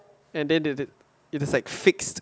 and then they did it's like fixed